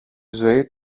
ζωή